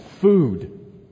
Food